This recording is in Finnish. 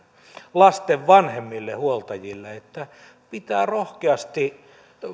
lasten vanhemmille huoltajille että pitää rohkeasti